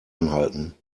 anhalten